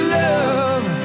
love